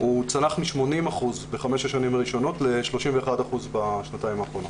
הוא צנח מ-80 אחוזים בחמש השנים הראשונות ל-31 אחוזים בשנתיים האחרונות.